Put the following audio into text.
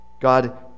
God